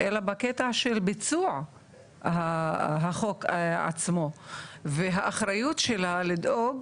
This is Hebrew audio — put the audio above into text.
אלא בקטע של ביצוע החוק עצמו והאחריות שלה לדאוג